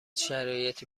شرایطی